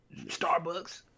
Starbucks